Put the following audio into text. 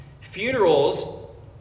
Funerals